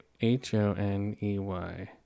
H-O-N-E-Y